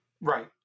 Right